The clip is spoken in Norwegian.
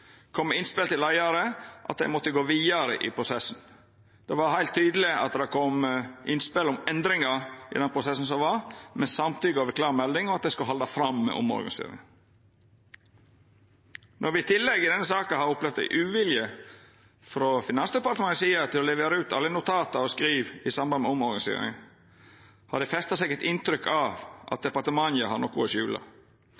kome innspel til leiaren om at ein måtte gå vidare i prosessen. Det var heilt tydeleg at det kom innspel om endringar i den prosessen som var, men at det samtidig var gjeve klar melding om at ein skulle halda fram med omorganiseringa. Når me i denne saka i tillegg har opplevd uvilje frå Finansdepartementets side til å levera ut alle notat og skriv i samband med omorganiseringa, har det festa seg eit inntrykk av at